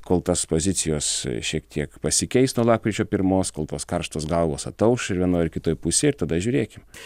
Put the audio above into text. kol tas pozicijos šiek tiek pasikeis nuo lapkričio pirmos kol tos karštos galvos atauš ir vienoj ir kitoj pusėj ir tada žiūrėkim